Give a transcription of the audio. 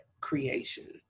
creation